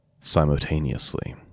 simultaneously